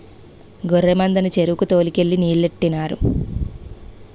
గొర్రె మందని చెరువుకి తోలు కెళ్ళి నీలెట్టినారు